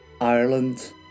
Ireland